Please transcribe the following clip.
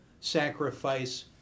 sacrifice